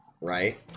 right